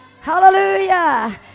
Hallelujah